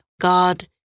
God